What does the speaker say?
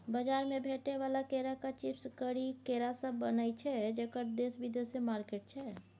बजार मे भेटै बला केराक चिप्स करी केरासँ बनय छै जकर देश बिदेशमे मार्केट छै